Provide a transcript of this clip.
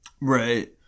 right